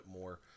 more